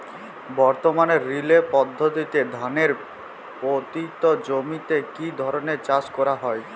বর্তমানে রিলে পদ্ধতিতে ধানের পতিত জমিতে কী ধরনের চাষ করা হয়?